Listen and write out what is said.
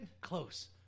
Close